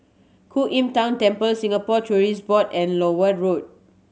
Ku Im Tng Temple Singapore Tourism Board and Lower Road